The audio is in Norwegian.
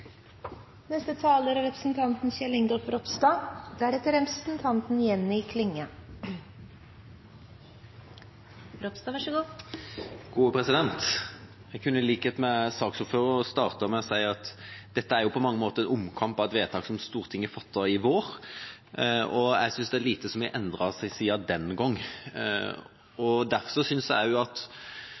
Jeg kunne i likhet med saksordføreren ha startet med å si at dette på mange måter er en omkamp om et vedtak som Stortinget fattet i vår, og jeg synes det er lite som har endret seg siden den gang.